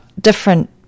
different